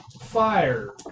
fire